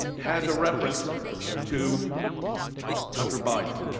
has a reference to hunter buying